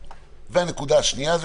הנקודה השנייה היא